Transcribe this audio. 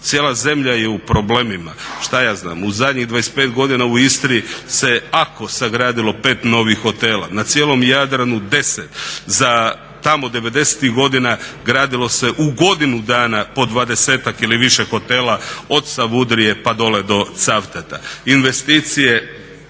cijela zemlja je u problemima, šta je znam, u zadnjih 25 godina u Istri se ako sagradilo 5 novih hotela, na cijelom Jadranu 10, tamo '90.-ih godina gradilo se u godinu dana po 20-ak ili više hotela, od Savudrije pa dole do Caftata.